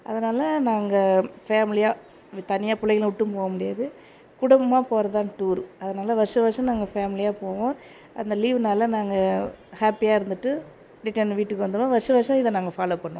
அதனாலே நாங்கள் ஃபேமிலியாக தனியாக பிள்ளைங்கள விட்டும் போக முடியாது குடும்பமாக போவதுதான் டூர் அதனாலே வருஷ வருஷம் நாங்கள் ஃபேமிலியாக போவோம் அந்த லீவ் நாளில் நாங்கள் ஹாப்பியாக இருந்துட்டு ரிட்டன் வீட்டுக்கு வந்துடுவோம் வருஷம் வருஷம் இதை நாங்கள் ஃபாலோ பண்ணுவோம்